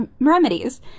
Remedies